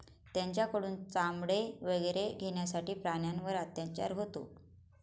त्यांच्याकडून चामडे वगैरे घेण्यासाठी प्राण्यांवर अत्याचार होतो